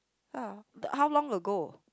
ah how long ago